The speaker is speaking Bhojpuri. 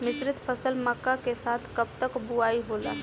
मिश्रित फसल मक्का के साथ कब तक बुआई होला?